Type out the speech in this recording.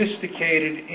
sophisticated